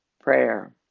prayer